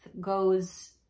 goes